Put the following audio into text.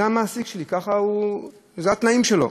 זה המעסיק שלי, אלה התנאים שלו.